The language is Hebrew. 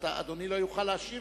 אדוני לא יוכל להשיב?